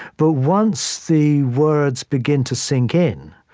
but once the words begin to sink in,